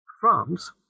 France